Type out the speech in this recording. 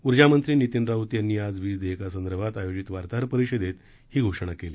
ऊर्जा मंत्री नीतीन राऊत यांनी आज वीज देयकासंदर्भात आयोजित वार्ताहर परिषदेत ही घोषणा केली